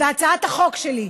הצעת החוק שלי,